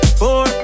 four